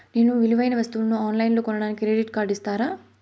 నేను విలువైన వస్తువులను ఆన్ లైన్లో కొనడానికి క్రెడిట్ కార్డు ఇస్తారా?